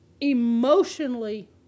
Emotionally